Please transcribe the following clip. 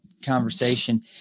conversation